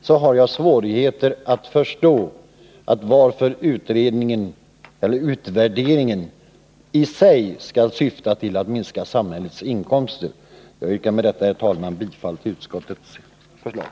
Med tanke på detta har jag svårt att förstå varför utvärderingen i sig skall syfta till att minska samhällets inkomster. Jag yrkar med detta, herr talman, bifall till utskottets förslag.